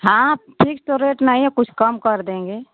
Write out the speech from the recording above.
हाँ फिक्स तो रेट नही है कुछ कम कर देंगे